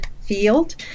field